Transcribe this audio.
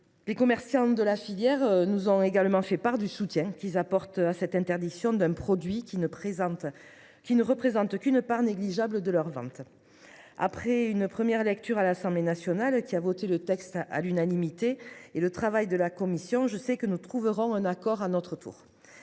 Les commerçants de la filière nous ont également fait part de leur soutien à l’interdiction de ce produit, qui ne représente qu’une part négligeable de leurs ventes. Après une première lecture à l’Assemblée nationale, qui a voté le texte à l’unanimité, et le travail de la commission, je sais que nous trouverons à notre tour